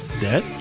Dead